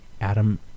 Adam